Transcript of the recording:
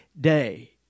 day